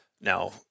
Now